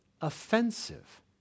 offensive